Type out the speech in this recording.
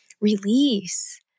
release